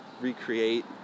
recreate